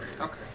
Okay